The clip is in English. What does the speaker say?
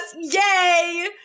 Yay